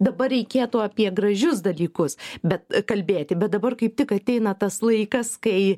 dabar reikėtų apie gražius dalykus bet kalbėti bet dabar kaip tik ateina tas laikas kai